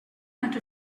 not